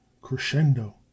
crescendo